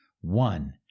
one